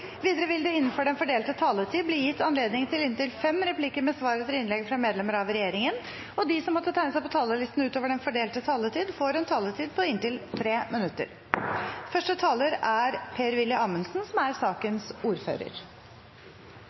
Videre vil det – innenfor den fordelte taletid – bli gitt anledning til inntil fem replikker med svar etter innlegg fra medlemmer av regjeringen, og de som måtte tegne seg på talerlisten utover den fordelte taletid, får en taletid på inntil 3 minutter. I dag har vi til behandling Prop. 66 L for 2019–2020. Det er en samleproposisjon, som